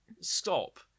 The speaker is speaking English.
stop